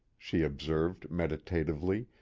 she observed, meditatively,